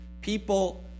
people